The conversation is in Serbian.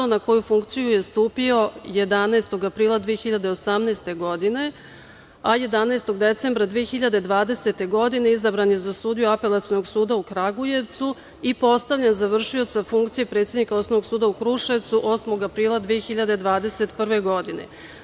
Na funkciju je stupio 11. aprila 2018. godine, a 11. decembra 2020. godine izabran je za sudiju Apelacionog suda u Kragujevcu i postavljen za vršioca funkcije predsednika Osnovnog suda u Kruševcu 8. apr8ila 2021. godine.